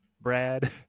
Brad